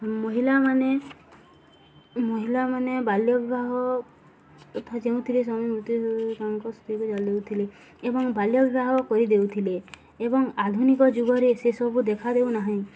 ମହିଳାମାନେ ମହିଳାମାନେ ବାଲ୍ୟ ବିବାହ ତଥା ଯେଉଁଥିରେ ସ୍ୱାମୀ ମୃତ୍ୟୁ ତାଙ୍କ ସ୍ତ୍ରୀକୁ ଜାଳି ଦେଉଥିଲେ ଏବଂ ବାଲ୍ୟ ବିବାହ କରି ଦେଉଥିଲେ ଏବଂ ଆଧୁନିକ ଯୁଗରେ ସେସବୁ ଦେଖା ଦେଉନାହିଁ